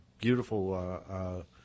beautiful